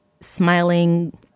smiling